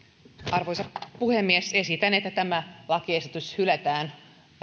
arvoisa puhemies esitän että tämä lakiesitys hylätään